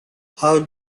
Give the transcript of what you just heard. how